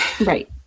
Right